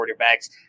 quarterbacks